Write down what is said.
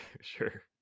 Sure